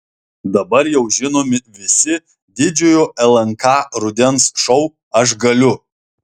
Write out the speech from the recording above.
dabar jau žinomi visi didžiojo lnk rudens šou aš galiu